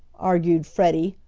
argued freddie,